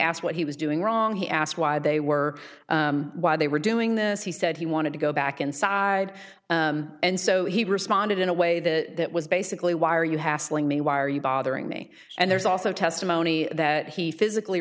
asked what he was doing wrong he asked why they were why they were doing this he said he wanted to go back inside and so he responded in a way that was basically why are you hassling me why are you bothering me and there's also testimony that he physically